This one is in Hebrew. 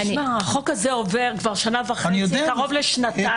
תשמע, החוק הזה עובר כבר שנה וחצי, קרוב לשנתיים.